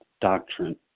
doctrine